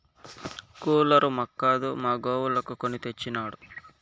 cooler మాక్కాదు మా గోవులకు కొని తెచ్చినాడు